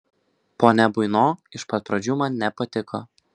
ponia buino iš pat pradžių man nepatiko